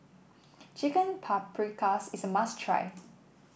Chicken Paprikas is a must try